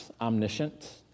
omniscient